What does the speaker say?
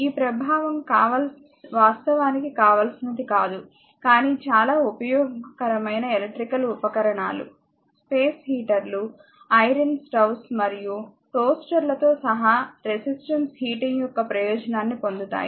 ఈ ప్రభావం వాస్తవానికి కావాల్సినది కాదు కానీ చాలా ఉపయోగకరమైన ఎలక్ట్రికల్ ఉపకరణాలు స్పేస్ హీటర్లుspace heaters ఐరన్స్ స్టవ్స్ మరియు టోస్టర్లతో సహా రెసిస్టెన్స్ హీటింగ్ యొక్క ప్రయోజనాన్ని పొందుతాయి